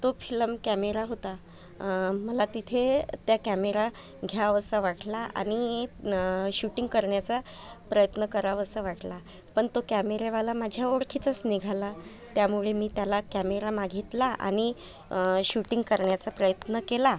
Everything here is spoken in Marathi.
तो फिलम कॅमेरा होता मला तिथे त्या कॅमेरा घ्यावासा वाटला आणि करण्याचा प्रयत्न करावासा वाटला पण तो कॅमेरेवाला माझ्या ओळखीचाच निघाला त्यामुळे मी त्याला कॅमेरा मागितला आणि शूटिंग करण्याचा प्रयत्न केला